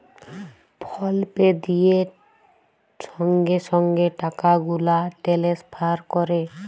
ফল পে দিঁয়ে সঙ্গে সঙ্গে টাকা গুলা টেলেসফার ক্যরে